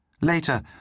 Later